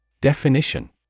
Definition